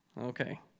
Okay